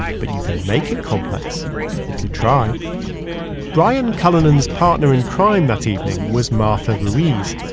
but you can make it complex if you try brian cullinan's partner in crime that evening was martha and ruiz.